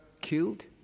killed